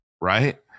Right